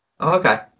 Okay